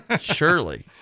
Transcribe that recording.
Surely